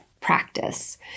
practice